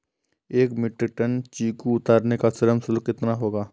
एक metric tonne चीकू उतारने का श्रम शुल्क कितना होगा?